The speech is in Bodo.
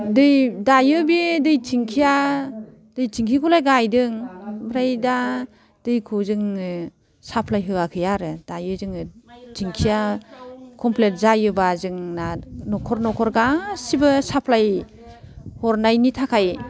दै दायो बे दै थेंखिया दै थेंखिखौलाय गायदों ओमफ्राय दा दैखौ जोङो साप्लाय होआखै आरो दायो जोङो थेंखिया कमप्लिट जायोबा जोंना न'खर न'खर गासैबो साफ्लाय हरनायनि थाखाय